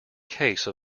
case